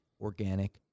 organic